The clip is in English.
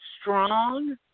strong